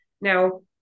Now